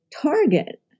target